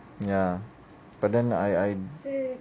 ya but then I I